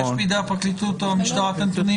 יש בידי הפרקליטות או המשטרה את הנתונים?